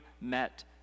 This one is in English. met